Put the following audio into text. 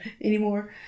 anymore